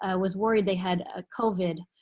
ah was worried they had ah covid.